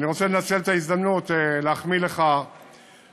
אני רוצה לנצל את ההזדמנות ולהחמיא לך על